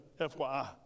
FYI